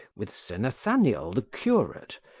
with sir nathaniel the curate,